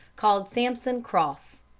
called sampson cross.